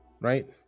right